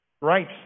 Right